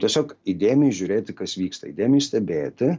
tiesiog įdėmiai žiūrėti kas vyksta įdėmiai stebėti